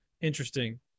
interesting